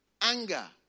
anger